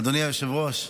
אדוני היושב-ראש,